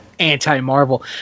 anti-marvel